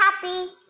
happy